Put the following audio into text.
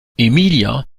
emilia